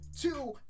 two